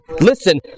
Listen